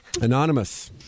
anonymous